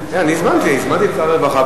הזמנתי את שר הרווחה,